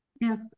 Yes